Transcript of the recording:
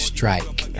Strike